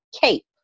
cape